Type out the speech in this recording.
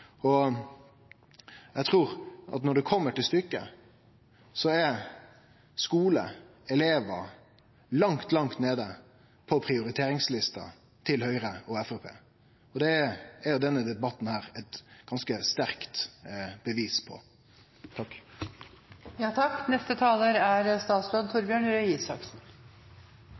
Eg trur at når det kjem til stykket, er skule og elevar langt, langt nede på prioriteringslista til Høgre og Framstegspartiet. Det er jo denne debatten eit ganske sterkt bevis på. Takk